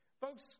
Folks